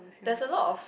there's a lot of